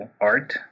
art